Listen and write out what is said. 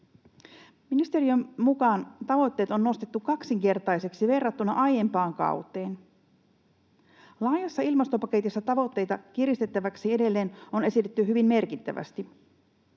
Ministeriön mukaan tavoitteet on nostettu kaksinkertaiseksi verrattuna aiempaan kauteen. Laajassa ilmastopaketissa tavoitteita kiristettäväksi edelleen on esitetty hyvin merkittävästi.